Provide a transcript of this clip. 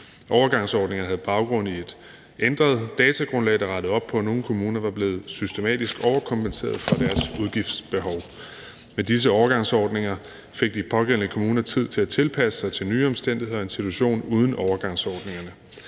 Overgangsordningerne havde baggrund i et ændret datagrundlag, der rettede op på, at nogle kommuner var blevet systematisk overkompenseret for deres udgiftsbehov. Med disse overgangsordninger fik de pågældende kommuner tid til at tilpasse sig nye omstændigheder og en situation uden overgangsordningerne.